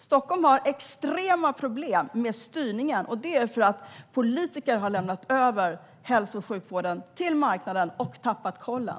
Stockholm har extrema problem med styrningen, och det är för att politiker har lämnat över hälso och sjukvården till marknaden och tappat kollen.